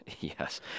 Yes